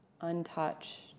untouched